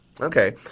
Okay